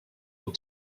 will